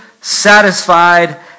satisfied